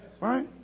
Right